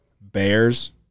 Bears